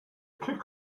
kick